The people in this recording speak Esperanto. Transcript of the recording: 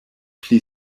pli